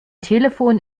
telefon